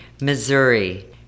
Missouri